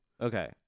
Okay